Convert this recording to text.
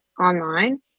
online